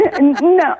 No